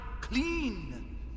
Clean